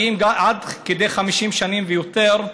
מגיעים עד כדי 50 שנים ויותר,